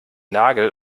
nagel